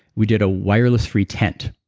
we did a wireless-free tent,